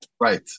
Right